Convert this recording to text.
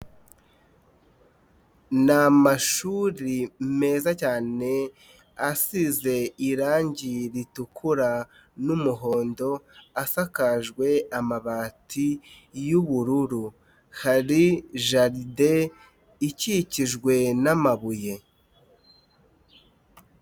Namashuri meza cyane asize irangi ritukura yumuhondo asakajwe amabati yubururu hari jarde ikikijwe namabuye.